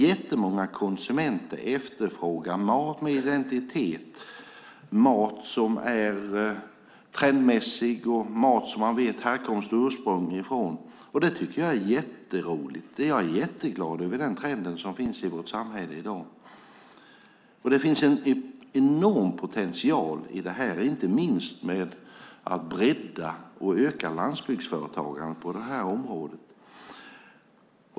Väldigt många konsumenter efterfrågar mat med identitet, mat som är trendmässig och mat vars härkomst och ursprung man vet. Det tycker jag är mycket roligt. Jag är mycket glad över den trend som i dag finns i vårt samhälle. Det finns en enorm potential i detta, inte minst i att bredda och öka landsbygdsföretagandet på området.